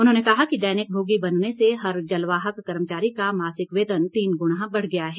उन्होंने कहा कि दैनिकभोगी बनने से हर जलवाहक कर्मचारी का मासिक वेतन तीन गुणा बढ़ गया है